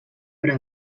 però